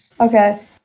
Okay